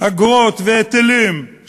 אגרות והיטלים,